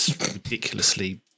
ridiculously